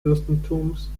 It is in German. fürstentums